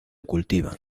cultivan